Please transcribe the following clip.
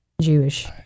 Jewish